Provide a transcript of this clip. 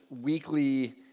weekly